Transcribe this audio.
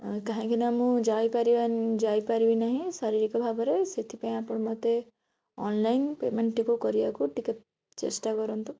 ଅ କାହିଁକିନା ମୁଁ ଯାଇପାରିବା ଯାଇପାରିବି ନାହିଁ ଶାରୀରିକ ଭାବରେ ସେଥିପାଇଁ ଆପଣ ମତେ ଅନଲାଇନ୍ ପେମେଣ୍ଟ ଟିକୁ କରିବାକୁ ଟିକେ ଚେଷ୍ଟା କରନ୍ତୁ